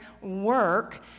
work